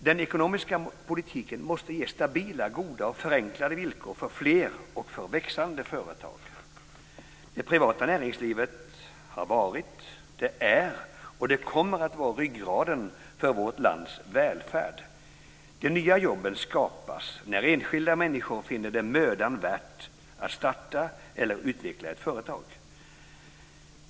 Den ekonomiska politiken måste ge stabila, goda och förenklade villkor för fler och för växande företag. Det privata näringslivet har varit, är och kommer att vara ryggraden för vårt lands välfärd. De nya jobben skapas när enskilda människor finner det mödan värt att starta eller utveckla ett företag.